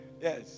Yes